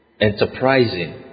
enterprising